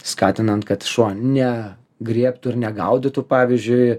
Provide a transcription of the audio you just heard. skatinant kad šuo ne griebtų ir negaudytų pavyzdžiui